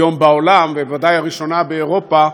היום בעולם ובוודאי הראשונה באירופה,